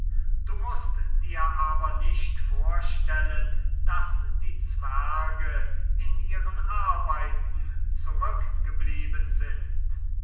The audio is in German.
du mußt dir aber nicht vorstellen daß die zwerge in ihren arbeiten zurückgeblieben sind